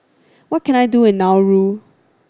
what can I do in Nauru